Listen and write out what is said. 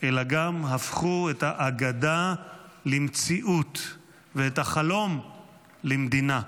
אלא גם הפכו את האגדה למציאות ואת החלום למדינה.